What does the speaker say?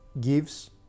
gives